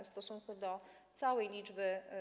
W stosunku do całej liczby.